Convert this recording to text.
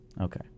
Okay